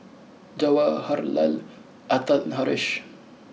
Jawaharlal Atal and Haresh